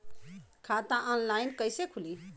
खाता ऑनलाइन कइसे खुली?